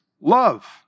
love